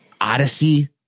Odyssey